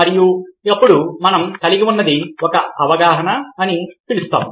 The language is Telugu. మరియు అప్పుడు మనం కలిగి ఉన్నది ఒక అవగాహన అని పిలుస్తాము